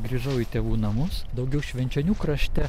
grįžau į tėvų namus daugiau švenčionių krašte